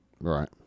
Right